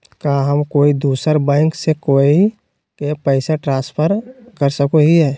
का हम कोई दूसर बैंक से कोई के पैसे ट्रांसफर कर सको हियै?